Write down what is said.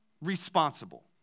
responsible